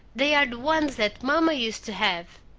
they are the ones that mamma used to have.